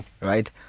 right